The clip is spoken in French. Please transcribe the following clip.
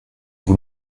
vous